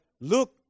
Luke